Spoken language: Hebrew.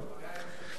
היה יושב-ראש.